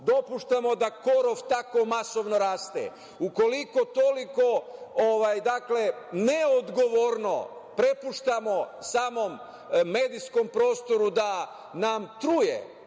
dopuštamo da korov tako masovno raste, ukoliko toliko neodgovorno prepuštamo samom medijskom prostoru da nam truje